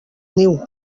niu